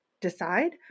decide